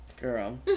Girl